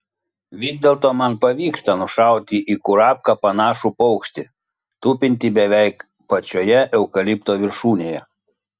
vis dėlto man pavyksta nušauti į kurapką panašų paukštį tupintį beveik pačioje eukalipto viršūnėje